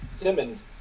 Simmons